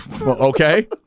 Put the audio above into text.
Okay